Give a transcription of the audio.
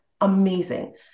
amazing